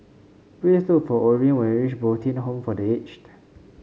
please look for Orene when you reach Bo Tien Home for The Aged